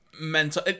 mental